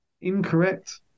Incorrect